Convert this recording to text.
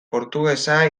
portugesa